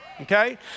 Okay